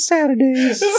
Saturdays